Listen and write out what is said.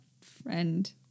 friend